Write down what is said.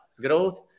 growth